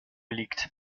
liegt